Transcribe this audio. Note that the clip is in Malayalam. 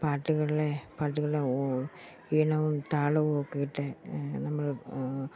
പാട്ടുകളിലെ പാട്ടുകളിലെ ഓ ഈണവും താളവുമൊക്കെ ഇട്ട് നമ്മൾ